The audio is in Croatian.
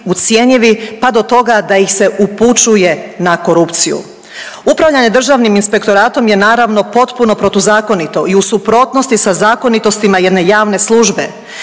ucjenjivi, pa do toga da ih se upućuje na korupciju. Upravljanje Državnim inspektoratom je naravno, potpuno protuzakonito i u suprotnosti sa zakonitostima jedne javne službe